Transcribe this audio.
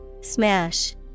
Smash